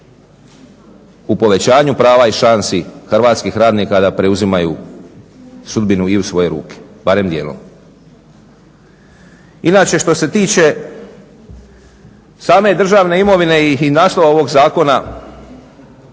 u povećanju prava i šansi hrvatskih radnika da preuzimaju sudbinu i u svoje ruke barem dijelom. Inače, što se tiče same državne imovine i naslova ovog zakona,